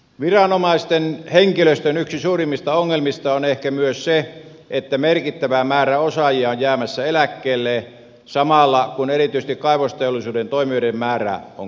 viranomaisten henkilöstön yksi suurimmista ongelmista on ehkä myös se että merkittävä määrä osaajia on jäämässä eläkkeelle samalla kun erityisesti kaivosteollisuuden toimijoiden määrä on kasvussa